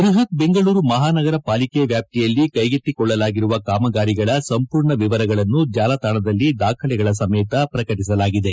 ಬೃಹತ್ ಬೆಂಗಳೂರು ಮಹಾನಗರ ಪಾಲಿಕೆ ವ್ಯಾಪ್ತಿಯಲ್ಲಿ ಕೈಗೆತ್ತಿಕೊಳ್ಳಲಾಗಿರುವ ಕಾಮಗಾರಿಗಳ ಸಂಪೂರ್ಣ ವಿವರಗಳನ್ನು ಜಾಲತಾಣದಲ್ಲಿ ದಾಖಲೆಗಳ ಸಮೇತ ಪ್ರಕಟಿಸಲಾಗಿದೆ